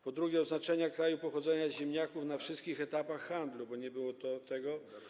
Po drugie, chodzi o oznaczenie kraju pochodzenia ziemniaków na wszystkich etapach handlu, bo nie było tego.